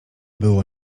było